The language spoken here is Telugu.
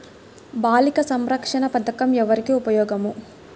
బాలిక సంరక్షణ పథకం ఎవరికి ఉపయోగము?